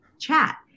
chat